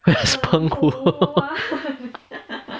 where's 澎湖